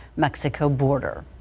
mexico border.